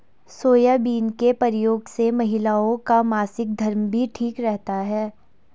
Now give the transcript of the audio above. soybean के प्रयोग से महिलाओं का मासिक धर्म भी ठीक रहता है